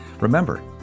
Remember